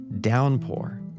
downpour